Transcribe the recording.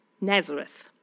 Nazareth